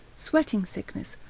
sweating sickness,